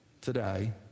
today